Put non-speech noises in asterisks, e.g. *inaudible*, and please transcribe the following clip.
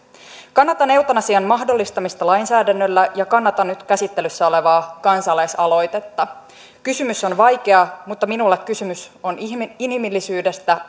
kannatan eutanasian mahdollistamista lainsäädännöllä ja kannatan nyt käsittelyssä olevaa kansalaisaloitetta kysymys on vaikea mutta minulle kysymys on inhimillisyydestä *unintelligible*